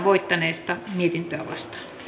voittaneesta mietintöä